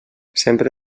sempre